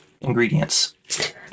ingredients